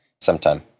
sometime